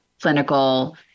clinical